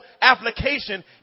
application